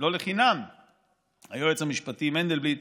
לא לחינם היועץ המשפטי מנדלבליט